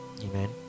Amen